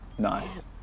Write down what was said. Nice